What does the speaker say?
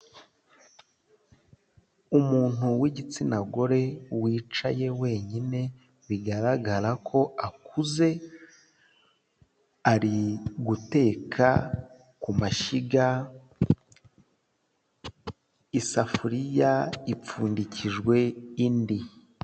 Umuntu w'igitsina gore wicaye wenyine, bigaragara ko akuze, ari guteka ku mashyiga, isafuriya ipfundikijwe indi.